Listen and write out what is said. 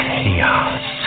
Chaos